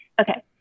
Okay